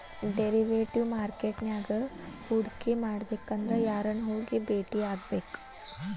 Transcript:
Derivative market ನ್ಯಾಗ್ ಹೂಡ್ಕಿಮಾಡ್ಬೆಕಂದ್ರ ಯಾರನ್ನ ಹೊಗಿ ಬೆಟ್ಟಿಯಾಗ್ಬೇಕ್?